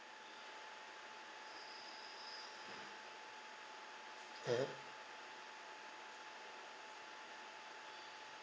(uh huh)